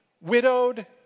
widowed